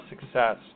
success